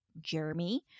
Jeremy